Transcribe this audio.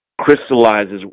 crystallizes